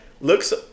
looks